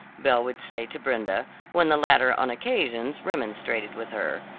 belle would say to brenda when the latter on occasions remonstrated with her,